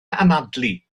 anadlu